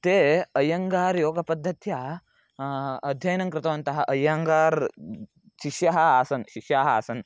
ते अयङ्गारयोगपद्धत्या अध्ययनं कृतवन्तः अय्यङ्गारशिष्यः आसन् शिष्याः आसन्